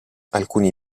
alcuni